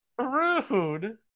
Rude